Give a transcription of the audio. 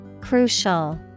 Crucial